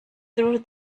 through